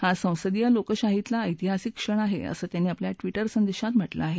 हा संसदीय लोकशाहीतला ऐतिहासिक क्षण आहे असं त्यांनी आपल्या ट्वीटर संदेशात म्हटलं आहे